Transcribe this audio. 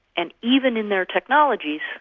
and even in their technologies,